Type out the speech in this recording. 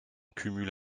cumule